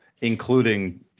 including